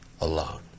alone